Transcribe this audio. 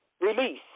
release